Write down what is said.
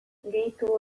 gehitu